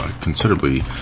considerably